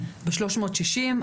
בשלוש מאות ששים,